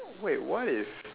wait what if